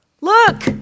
Look